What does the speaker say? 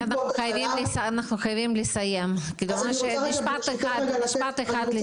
אנחנו חייבים לסיים, משפט אחד לסיום.